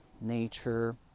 nature